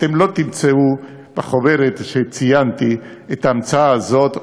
אתם לא תמצאו בחוברת שציינתי את ההמצאה הזאת.